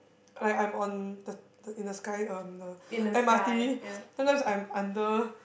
like I'm on the in the sky um the M_R_T sometimes I'm under